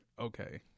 okay